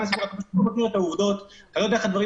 אתה לא מכיר את העובדות ולא יודע איך הדברים